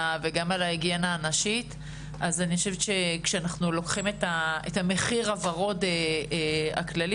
הנשית אז כשאנחנו לוקחים את המחיר הוורוד הכללי